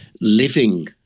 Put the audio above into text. living